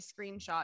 screenshot